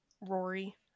Rory